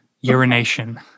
urination